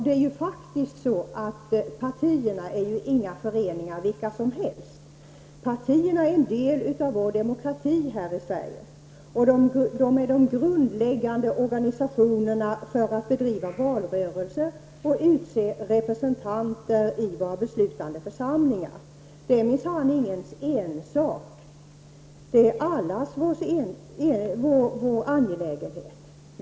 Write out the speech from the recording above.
Partierna är faktiskt inga föreningar vilka som helst. Partierna är en del av vår demokrati här i Sverige. De är de grundläggande organisationerna för att bedriva valrörelse och utse representanter i våra beslutande församlingar. Det är minsann ingens ensak, utan det är allas vår angelägenhet.